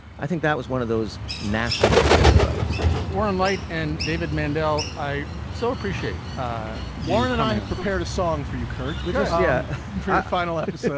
i think that was one of those national farewells one night. and david mendell, i so appreciate ah warren and i have prepared a song for you, kurt. we just yeah yet um finalized. so